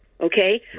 okay